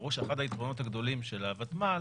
אמרו שאחד היתרונות הגדולים של הוותמ"ל